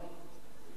אני סולח לך על זה